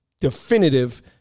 definitive